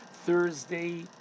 Thursday